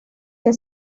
que